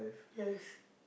yes